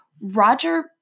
Roger